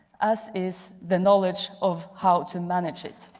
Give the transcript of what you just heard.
as is the knowledge of how to manage it.